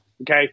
Okay